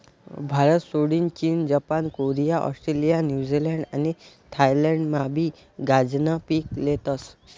भारतसोडीन चीन, Japan, Korea, Australia, New Zealand आणि थायलंडमाबी गांजानं पीक लेतस